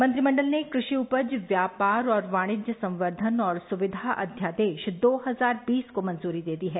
मंत्रिमंडल ने क्रषि उपज व्यापार और वाणिज्य संवर्षन और सुविघा अध्यादेश दो हजार बीस को मंजूरी दे दी है